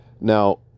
Now